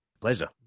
Pleasure